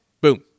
Boom